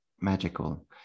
magical